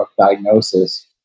diagnosis